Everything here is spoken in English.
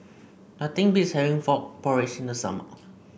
nothing beats having Frog Porridge in the summer